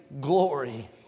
glory